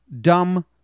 dumb